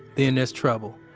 then there's trouble.